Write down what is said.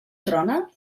trona